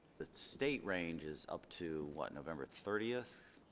the state range is up to what november thirtieth?